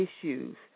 issues